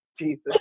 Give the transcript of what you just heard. Jesus